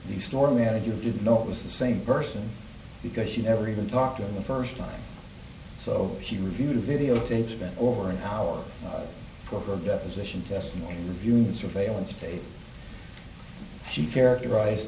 the store manager didn't know it was the same person because she never even talked on the first one so she reviewed videotapes of it over an hour for her deposition testimony viewing the surveillance tape she characterize